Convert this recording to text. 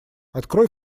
открой